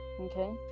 Okay